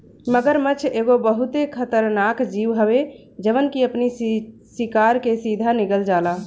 मगरमच्छ एगो बहुते खतरनाक जीव हवे जवन की अपनी शिकार के सीधा निगल जाला